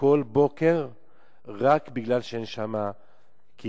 כל בוקר רק מפני שאין שם רמזור,